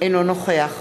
אינו נוכח